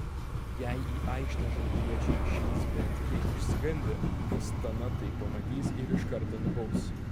jei į aikštę žalgiriečiai išeis bent kiek išsigandę astana tai pamatys ir iš karto nubaus